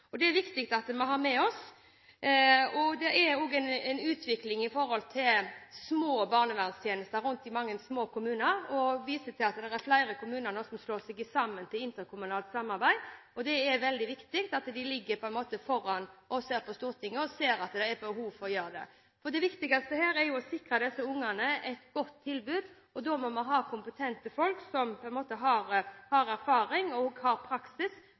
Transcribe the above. det viktig at vi har med oss. Det er også en utvikling i barnevernstjenestene rundt i mange små kommuner, og jeg viser til at det er flere kommuner som nå slår seg i sammen i interkommunalt samarbeid. Det er veldig viktig at de ligger foran oss på Stortinget og ser at det er behov for å gjøre det. Det viktigste her er jo å sikre disse ungene et godt tilbud. Da må vi ha kompetente folk som har erfaring – og praksis – som kan sikre disse barna. Jeg vil vise til de merknadene som Fremskrittspartiet, Høyre, Kristelig Folkeparti og Venstre har